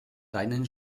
deinen